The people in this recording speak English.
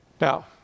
Now